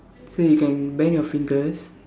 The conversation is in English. so you can bend your fingers